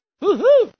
Woo-hoo